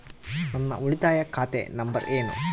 ನನ್ನ ಉಳಿತಾಯ ಖಾತೆ ನಂಬರ್ ಏನು?